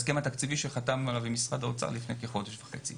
התקציבי שחתמנו עליו עם משרד האוצר לפני כחודש וחצי.